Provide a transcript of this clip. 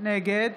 נגד